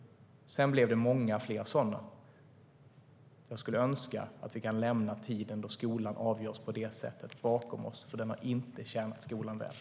Sedan blev det många fler sådana. Jag skulle önska att vi kan lämna tiden då skolans framtid avgörs på det sättet bakom oss. Det har nämligen inte tjänat skolan väl.